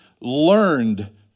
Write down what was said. learned